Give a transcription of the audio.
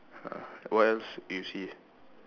uh what else you see